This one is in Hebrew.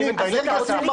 תתגייסו.